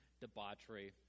Debauchery